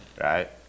right